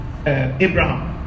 Abraham